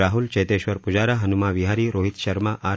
Rahul Cheteshwar Pujara Hanuma Vihari Rohit Sharma R